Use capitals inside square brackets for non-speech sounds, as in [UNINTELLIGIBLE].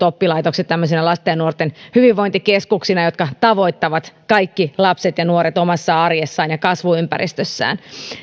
[UNINTELLIGIBLE] oppilaitokset tämmöisinä lasten ja nuorten hyvinvointikeskuksina jotka tavoittavat kaikki lapset ja nuoret omassa arjessaan ja kasvuympäristössään